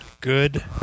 good